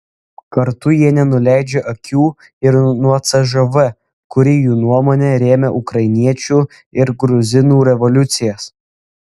kartu jie nenuleidžia akių ir nuo cžv kuri jų nuomone rėmė ukrainiečių ir gruzinų revoliucijas